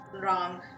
wrong